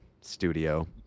studio